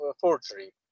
forgery